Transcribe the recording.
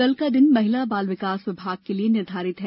कल का दिन महिला बाल विकास विभाग के लिए निर्धारित है